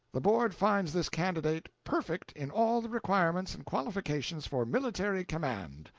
the board finds this candidate perfect in all the requirements and qualifications for military command,